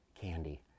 candy